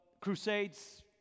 crusades